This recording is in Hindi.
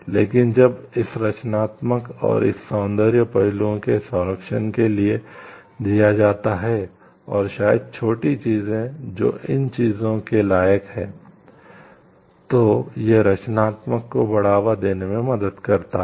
लेकिन जब इस रचनात्मकता और इन सौंदर्य पहलुओं के संरक्षण के लिए दिया जाता है और शायद छोटी चीजें जो इन चीजों के लायक हैं तो यह रचनात्मकता को बढ़ावा देने में मदद करता है